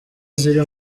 ziri